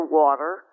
water